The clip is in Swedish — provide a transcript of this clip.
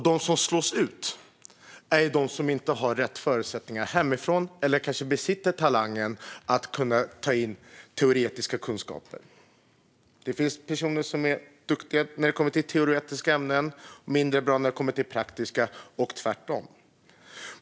De som slås ur är de som inte har rätt förutsättningar hemifrån och de som kanske inte besitter talangen att ta in teoretiska kunskaper. Det finns personer som är duktiga när det gäller teoretiska ämnen men mindre bra när det handlar om praktiska ämnen och tvärtom.